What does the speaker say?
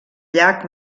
llac